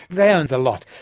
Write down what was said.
they own the lot,